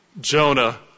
Jonah